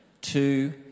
two